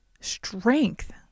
strength